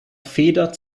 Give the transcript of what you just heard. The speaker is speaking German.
feder